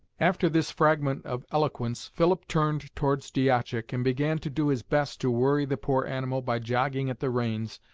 after this fragment of eloquence, philip turned towards diashak and began to do his best to worry the poor animal by jogging at the reins,